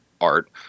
art